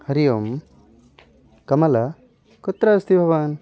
हरि ओम् कमल कुत्र अस्ति भवान्